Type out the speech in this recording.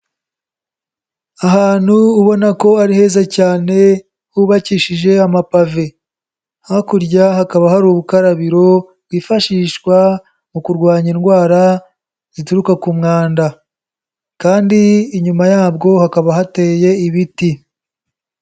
Ahantu ubona ko ari heza cyane hubakishije amapave, hakurya hakaba hari ubukarabiro bwifashishwa mu kurwanya indwara zituruka ku mwanda kandi inyuma yabwo hakaba hateye ibiti.